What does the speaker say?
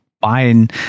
buying